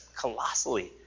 colossally